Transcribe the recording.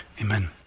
Amen